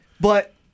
But-